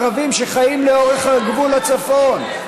ערבים שחיים לאורך גבול הצפון.